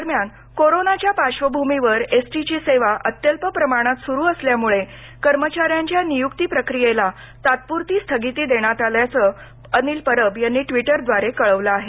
दरम्यान कोरोनाच्या पार्श्वभूमीवर एस टी ची सेवा अत्यल्प प्रमाणात सुरु असल्यामुळे कर्मचाऱ्यांच्या नियुक्ती प्रक्रियेला तात्पुरती स्थगिती देण्यात आल्याचं अनिल परब यांनी ट्वीटरद्वारे कळवलं आहे